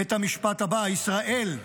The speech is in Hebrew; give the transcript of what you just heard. את המשפט הבא: ישראל,